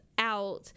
out